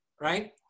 right